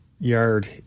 yard